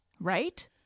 right